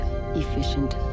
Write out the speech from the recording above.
efficient